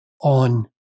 on